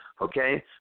Okay